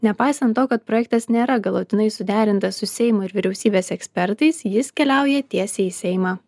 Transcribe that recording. nepaisant to kad projektas nėra galutinai suderintas su seimo ir vyriausybės ekspertais jis keliauja tiesiai į seimą